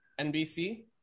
NBC